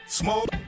smoke